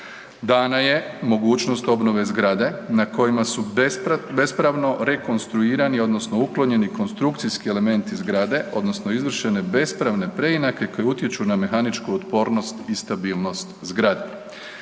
Dana je mogućnost obnove zgrade na kojima su bespravno rekonstruirani, odnosno uklonjeni konstrukcijski elementi zgrade, odnosno izvršene bespravne preinake koje utječu na mehaničku otpornost i stabilnost zgrade,